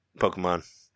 Pokemon